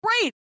great